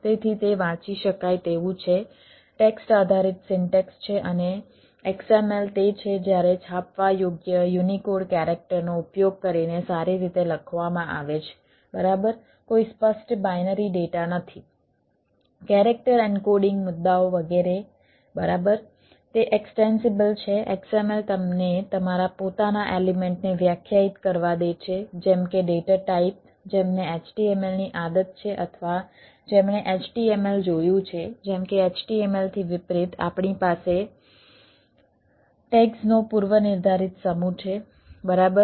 તેથી એન્કોડિંગ નો પૂર્વનિર્ધારિત સમૂહ છે બરાબર